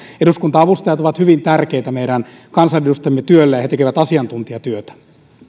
eduskunta avustajat ovat hyvin tärkeitä meidän kansanedustajien työlle ja he tekevät asiantuntijatyötä